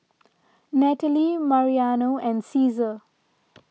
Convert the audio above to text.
Natalie Mariano and Ceasar